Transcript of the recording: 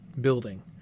building